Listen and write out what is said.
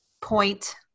point